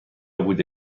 بوده